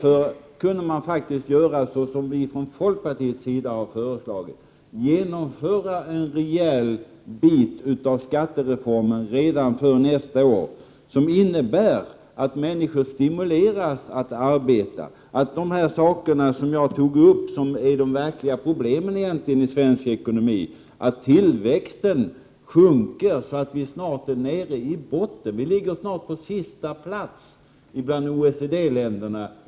För det andra gäller det den väg som vi i folkpartiet har föreslagit. Vi har ju föreslagit att en rejäl del av skattereformen genomförs redan före nästa år, så att människor stimuleras att arbeta. Vi måste se till att de verkliga problemen i svensk ekonomi löses. Tillväxttakten sjunker ju så mycket att vi snart ligger på sista plats bland OECD-länderna.